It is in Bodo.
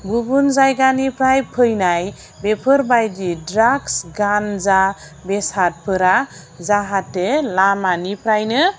गुबन जायगानिफ्राय फैनाय बेफोरबादि ड्राक्स गान्जा बेसादफोरा जाहाथे लामानिफ्रायनो